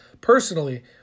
Personally